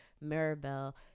Mirabelle